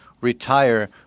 retire